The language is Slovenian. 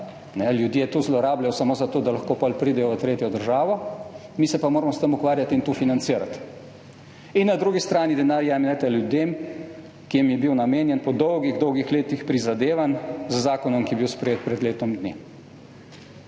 Ljudje to zlorabljajo samo zato, da lahko potem pridejo v tretjo državo, mi se pa moramo s tem ukvarjati in to financirati. In na drugi strani denar jemljete ljudem, ki jim je bil namenjen po dolgih dolgih letih prizadevanj z zakonom, ki je bil sprejet pred letom dni.